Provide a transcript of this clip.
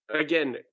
again